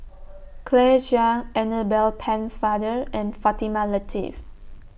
Claire Chiang Annabel Pennefather and Fatimah Lateef